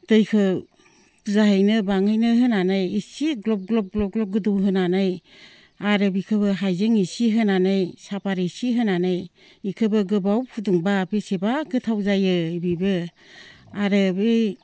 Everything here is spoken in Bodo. दैखौ बुरजायैनो गोबाङैनो होनानै इसे ग्लब ग्लब गोदौहोनानै आरो बेखौबो हाइजें इसे होनानै सापात इसे होनानै बेखौबो गोबाव फुदुंबा बेसेबा गोथाव जायो बेबो आरो बै